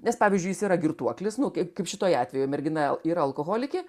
nes pavyzdžiui jis yra girtuoklis nu kaip kaip šituoj atveju mergina yra alkoholikė